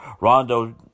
Rondo